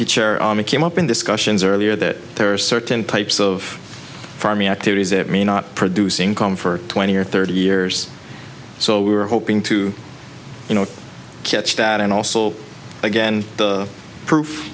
you came up in discussions earlier that there are certain types of farming activities that may not produce income for twenty or thirty years so we were hoping to you know catch that and also again the proof